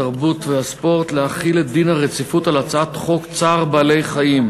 התרבות והספורט להחיל את דין הרציפות על הצעת חוק צער בעלי-חיים